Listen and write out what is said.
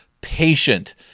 patient